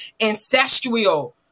ancestral